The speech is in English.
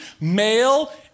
male